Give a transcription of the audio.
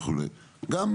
ככל